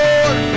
Lord